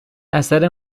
اثر